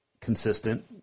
consistent